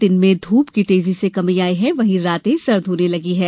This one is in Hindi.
दिन में ध्रप की तेजी मे कमी आई है वहीं रातें सर्द होने लगी है